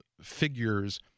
figures